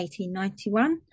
1891